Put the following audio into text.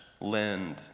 lend